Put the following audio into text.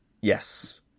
yes